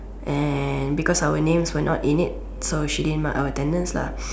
and because our names were not in it so she didn't mark our attendance lah